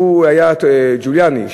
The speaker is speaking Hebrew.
ג'וליאני,